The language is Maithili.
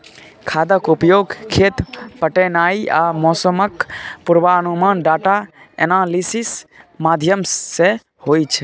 खादक उपयोग, खेत पटेनाइ आ मौसमक पूर्वानुमान डाटा एनालिसिस माध्यमसँ होइ छै